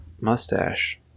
mustache